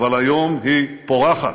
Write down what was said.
אבל היום היא פורחת.